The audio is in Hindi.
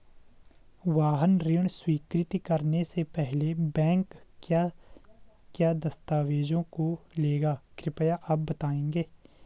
वाहन ऋण स्वीकृति करने से पहले बैंक क्या क्या दस्तावेज़ों को लेगा कृपया आप बताएँगे?